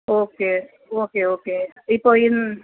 okay okay okay இப்போ இந்த